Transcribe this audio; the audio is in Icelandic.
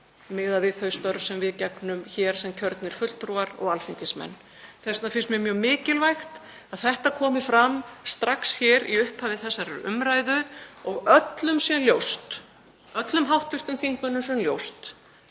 miðað við þau störf sem við gegnum sem kjörnir fulltrúar og alþingismenn. Mér finnst því mjög mikilvægt að þetta komi fram strax hér í upphafi þessarar umræðu og öllum sé ljóst, öllum hv. þingmönnum, hversu